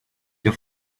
your